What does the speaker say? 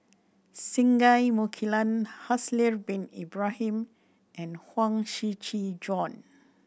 Singai Mukilan Haslir Bin Ibrahim and Huang Shiqi Joan